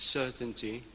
certainty